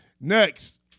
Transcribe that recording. Next